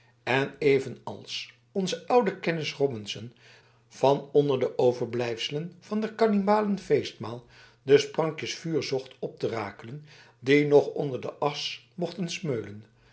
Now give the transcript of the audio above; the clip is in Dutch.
en evenals onze oude kennis robinson van onder de overblijfselen van der kannibalen feestmaal de sprankjes vuur zocht op te rakelen die nog onder de asch mochten smeulen